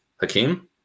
Hakeem